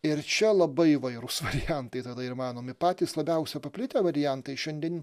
ir čia labai įvairūs variantai tada yra įmanomi patys labiausia paplitę variantai šiandien